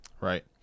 Right